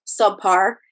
subpar